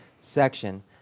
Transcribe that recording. section